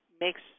makes